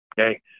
Okay